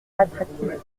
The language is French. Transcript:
attractivité